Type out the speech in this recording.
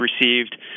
received